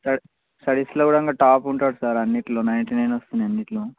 స్ట స్టడీస్లో కూడా ఇంకా టాప్ ఉంటాడు సార్ అన్నింటిలో నైటీ నైన్ వస్తున్నాయి అన్నింటిలో